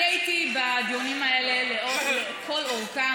הייתי בדיונים האלה לכל אורכם,